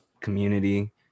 community